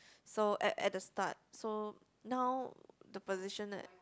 so at at the start so now the position at